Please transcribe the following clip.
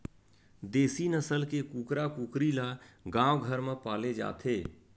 देसी नसल के कुकरा कुकरी ल गाँव घर म पाले जाथे